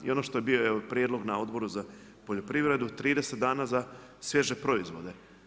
I ono što je bio prijedlog na Odboru za poljoprivredu 30 dana za svježe proizvode.